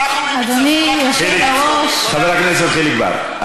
אנחנו מצטרפים רק למחנה הציוני, לא